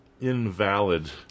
invalid